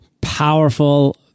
powerful